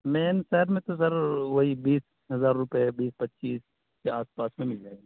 مین شہر میں تو سر وہی بیس ہزار روپئے بیس پچیس کے آس پاس میں مل جئے گا